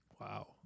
Wow